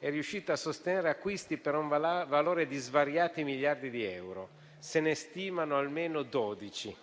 è riuscita a sostenere acquisti per un valore di svariati miliardi di euro. Se ne stimano almeno 12,